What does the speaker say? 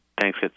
Thanks